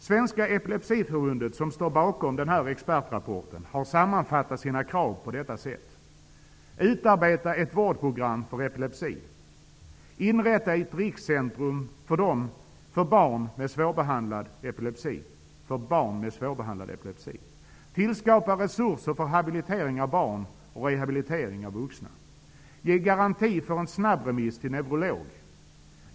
Svenska epilepsiförbundet, som står bakom expertrapporten, har sammanfattat sina krav på detta sätt: Ge garanti för en snabbremiss till neurolog.